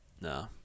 No